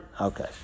Okay